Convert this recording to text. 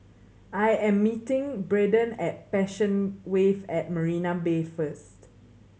I am meeting Braden at Passion Wave at Marina Bay first